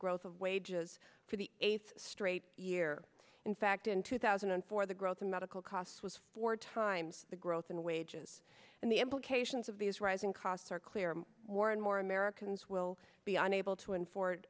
growth of wages for the eighth straight year in fact in two thousand and four the growth in medical costs was four times the growth in wages and the implications of these rising costs are clear more and more americans will be unable to in for